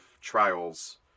trials